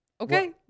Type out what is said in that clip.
Okay